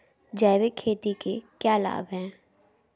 जैविक खेती के क्या लाभ हैं?